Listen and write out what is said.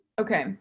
Okay